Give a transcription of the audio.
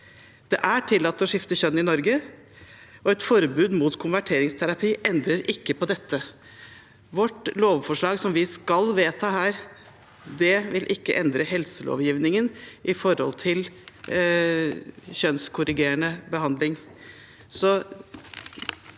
Det er tillatt å skifte kjønn i Norge, og et forbud mot konverteringsterapi endrer ikke på dette. Vårt lovforslag, som vi skal vedta her, vil ikke endre helselovgivningen når det gjelder kjønnskorrigerende behandling.